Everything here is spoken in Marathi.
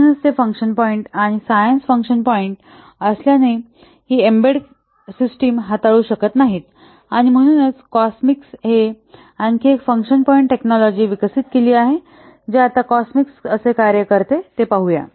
म्हणूनच ते फंक्शन पॉईंट आणि सायन्स फंक्शन पॉईंट्स असल्याने ही एम्बेडेड सिस्टम हाताळू शकत नाहीत आणि म्हणूनच कॉसमिक्स हे आणखी एक फंक्शन पॉईंट टेक्नॉलॉजी विकसित केली आहे जे आता कॉसमिक्स कसे कार्य करते ते पाहूया